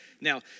Now